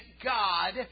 God